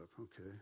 okay